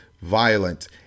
violent